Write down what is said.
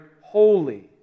holy